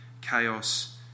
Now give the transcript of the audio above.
chaos